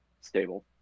stable